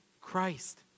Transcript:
Christ